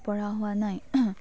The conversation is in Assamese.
পঢ়া হোৱা নাই